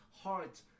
heart